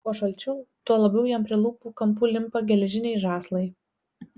kuo šalčiau tuo labiau jam prie lūpų kampų limpa geležiniai žąslai